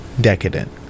decadent